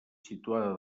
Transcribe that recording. situada